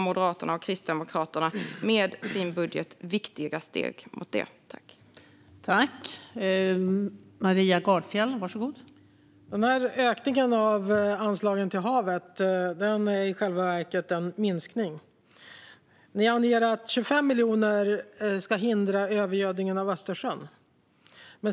Moderaterna och Kristdemokraterna tar med sin budget viktiga steg mot det.